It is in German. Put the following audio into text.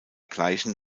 gleichen